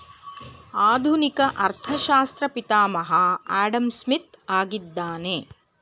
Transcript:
ಆಧುನಿಕ ಅರ್ಥಶಾಸ್ತ್ರ ಪಿತಾಮಹ ಆಡಂಸ್ಮಿತ್ ಆಗಿದ್ದಾನೆ